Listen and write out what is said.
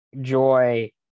joy